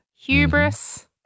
Hubris